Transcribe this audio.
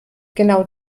genau